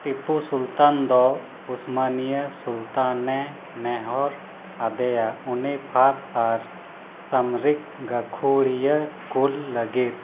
ᱴᱤᱯᱩ ᱥᱩᱞᱛᱟᱱ ᱫᱚ ᱚᱥᱢᱟᱱᱤᱭᱟᱹ ᱥᱩᱞᱛᱟᱱᱮ ᱱᱮᱦᱚᱨ ᱟᱫᱮᱭᱟ ᱩᱱᱤ ᱯᱷᱟᱺᱫᱽ ᱟᱨ ᱥᱟᱢᱨᱤᱠ ᱜᱟᱹᱠᱷᱩᱲᱤᱭᱟᱹ ᱠᱩᱞ ᱞᱟᱹᱜᱤᱫ